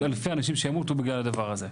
עוד אלפי אנשים שימותו בגלל הדבר הזה.